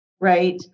right